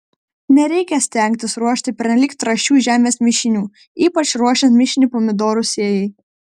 nereikia stengtis ruošti pernelyg trąšių žemės mišinių ypač ruošiant mišinį pomidorų sėjai